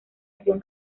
acción